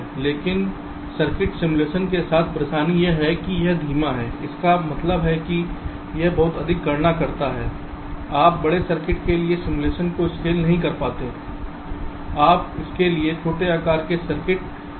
लेकिन circuit simulation के साथ परेशानी यह है कि यह धीमा है इसका मतलब है कि यह बहुत अधिक गणना करता है आप बड़े सर्किट के लिए सिमुलेशन को स्केल नहीं कर सकते हैं आप इसे केवल छोटे आकार के सर्किट के लिए कर सकते हैं